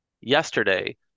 yesterday